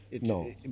No